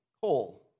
Coal